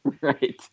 Right